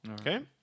Okay